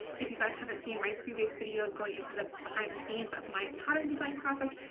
if you guys haven't seen my previous videos going into the behind-the-scenes of my pattern design process,